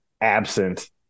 absent